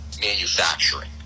manufacturing